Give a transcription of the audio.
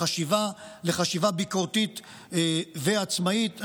לחשיבה ביקורתית ועצמאית.